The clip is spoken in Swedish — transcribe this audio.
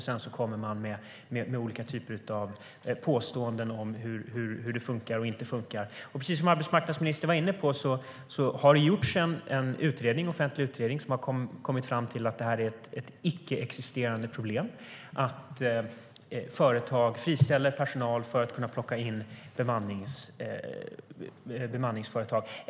Sedan kommer man med olika typer av påståenden om hur det funkar och inte funkar. Precis som arbetsmarknadsministern var inne på har det gjorts en offentlig utredning som har kommit fram till att det är ett icke-existerande problem att företag friställer personal för att kunna plocka in bemanningsföretag.